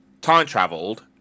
time-travelled